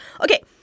Okay